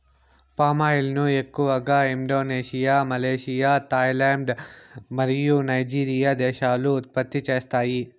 palm oil ను ఎక్కువగా Indonesia, Malaysia, Thailand మరియు నైజీరియా దేశాలు ఉత్పత్తి చేస్తాయి